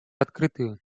открытую